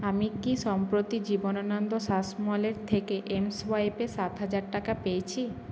আমি কি সম্প্রতি জীবনানন্দ শাসমলের থেকে এমসোয়াইপে সাত হাজার টাকা পেয়েছি